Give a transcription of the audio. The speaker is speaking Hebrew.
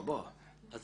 אני